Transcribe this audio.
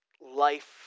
life